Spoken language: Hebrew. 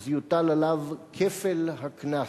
אז יוטל עליו כפל הקנס.